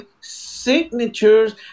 signatures